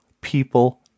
people